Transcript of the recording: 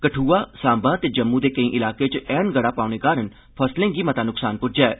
कठुआ सांबा ते जम्मू दे केंई ईलाकें च ऐँनगड़ा पौने कारण फसलें गी मता नुक्सान पुज्जा ऐ